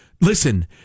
listen